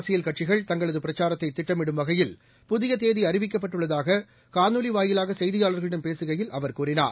அரசியல் கட்சிகள் தங்களதுபிரச்சாரத்தைதிட்டமிடும் வகையில் புதியதேதிஅறிவிக்கப்பட்டுள்ளதாககாணொலிவாயிலாகசெய்தியாளர்களிடம் பேசுகையில் அவர் கூறினார்